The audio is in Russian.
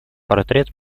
портрет